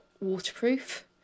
waterproof